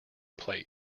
plate